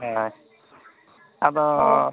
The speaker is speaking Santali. ᱦᱳᱭ ᱟᱫᱚ